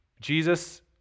Jesus